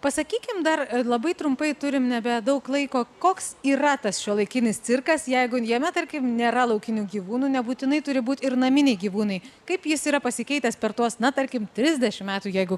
pasakykim dar labai trumpai turim nebedaug laiko koks yra tas šiuolaikinis cirkas jeigu jame tarkim nėra laukinių gyvūnų nebūtinai turi būt ir naminiai gyvūnai kaip jis yra pasikeitęs per tuos na tarkim trisdešim metų jeigu